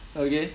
okay